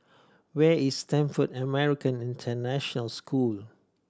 where is Stamford American International School